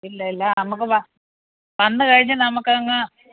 ഇല്ലയില്ല നമുക്ക് വന്നുകഴിഞ്ഞാൽ നമുക്ക് അങ്ങ്